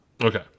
Okay